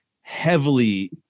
heavily